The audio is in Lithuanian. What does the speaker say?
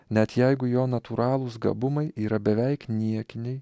net jeigu jo natūralūs gabumai yra beveik niekiniai